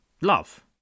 love